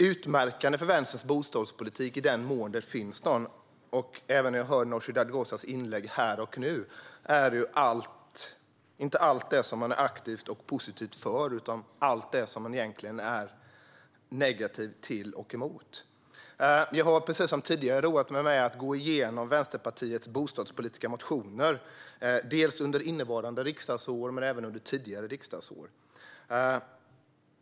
Utmärkande för Vänsterns bostadspolitik, i den mån det finns någon, och även för Nooshi Dadgostars inlägg här är inte allt man är aktivt och positivt för utan allt man är negativ till och emot. Jag har precis som tidigare roat mig med att gå igenom Vänsterpartiets bostadspolitiska motioner under både innevarande och tidigare riksdagsår.